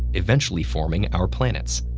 eventually forming our planets.